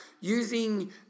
using